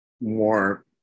more